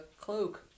cloak